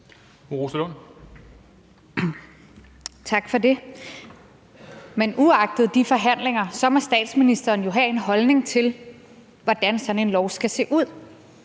Tak for det. Men uagtet de forhandlinger må statsministeren jo have en holdning til, hvordan sådan en lov skal se ud.